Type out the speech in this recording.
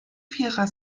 vierer